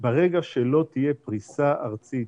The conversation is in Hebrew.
שברגע שלא תהיה פריסה ארצית